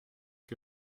que